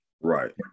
Right